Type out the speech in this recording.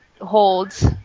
holds